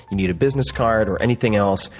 you need a business card or anything else,